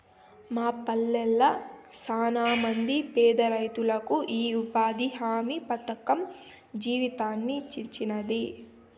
మా పల్లెళ్ళ శానమంది పేదరైతులకు ఈ ఉపాధి హామీ పథకం జీవితాన్నిచ్చినాది